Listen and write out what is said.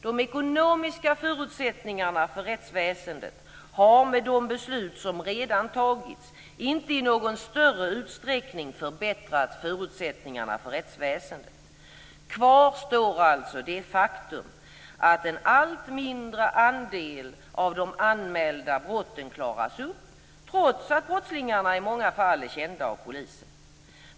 De ekonomiska förutsättningarna för rättsväsendet har med de beslut som redan tagits inte i någon större utsträckning förbättrat förutsättningarna för rättsväsendet. Kvar står alltså det faktum att en allt mindre andel av de anmälda brotten klaras upp trots att brottslingarna i många fall är kända av polisen.